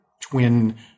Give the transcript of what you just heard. twin